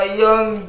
young